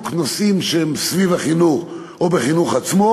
נושאים שהם סביב החינוך או בחינוך עצמו,